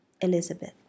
Elizabeth